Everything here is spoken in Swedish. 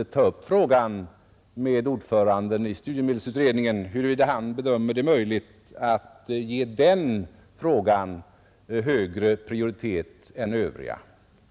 att ta upp frågan med ordföranden i studiemedelsutredningen och höra huruvida han bedömer det som möjligt att ge den frågan högre prioritet än övriga frågor.